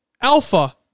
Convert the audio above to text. Alpha